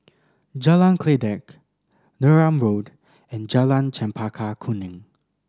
Jalan Kledek Neram Road and Jalan Chempaka Kuning